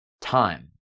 time